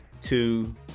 two